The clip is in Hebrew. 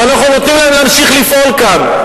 ואנחנו נותנים להם להמשיך לפעול כאן.